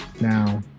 now